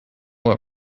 what